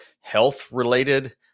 health-related